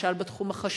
למשל בתחום החשמלי,